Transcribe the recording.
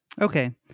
Okay